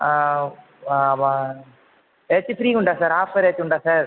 ஆ ஏதாச்சும் ஃப்ரீ உண்டா sir offer ஏதாச்சும் உண்டா சார்